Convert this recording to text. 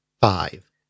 five